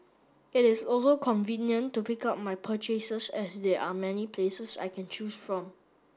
it is also convenient to pick up my purchases as there are many places I can choose from